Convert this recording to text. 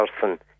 person